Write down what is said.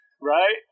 Right